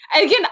Again